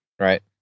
Right